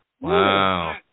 Wow